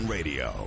Radio